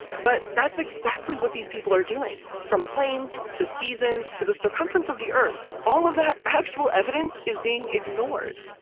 but that's exactly what these people are doing, from planes to seasons, to the circumference of the earth, all of that actual evidence is being ignored.